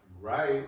right